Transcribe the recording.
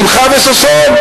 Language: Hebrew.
שמחה וששון.